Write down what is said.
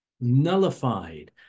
nullified